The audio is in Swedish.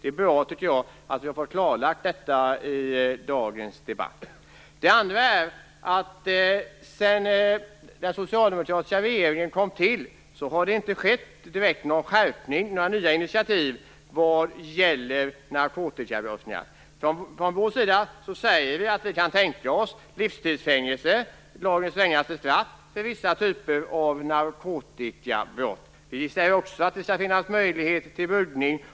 Det är bra tycker jag att vi har fått detta klarlagt i dagens debatt. Sedan den socialdemokratiska regeringen kom till makten har det inte skett någon direkt skärpning eller tagits några nya initiativ vad gäller narkotikabrottslingar. Vi säger att vi kan tänka oss livstids fängelse, lagens strängaste straff, för vissa typer av narkotikabrott. Vi säger också att det skall finnas möjligheter till buggning.